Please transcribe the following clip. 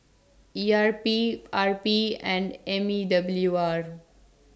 E R P R P and M E W R